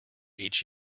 each